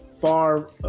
far